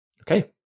Okay